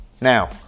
Now